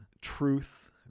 truth